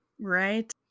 right